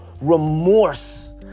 remorse